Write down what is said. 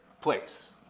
place